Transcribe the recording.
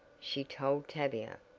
she told tavia,